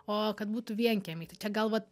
o kad būtų vienkiemy tai čia gal vat